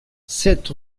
sept